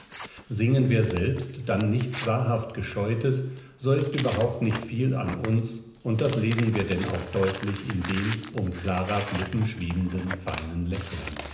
singen wir selbst dann nichts wahrhaft gescheutes so ist überhaupt nicht viel an uns und das lesen wir denn auch deutlich in dem um claras lippen schwebenden feinen lächeln